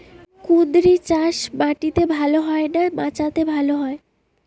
কুঁদরি চাষ মাটিতে ভালো হয় না মাচাতে ভালো হয়?